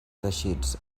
teixits